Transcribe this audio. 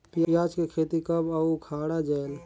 पियाज के खेती कब अउ उखाड़ा जायेल?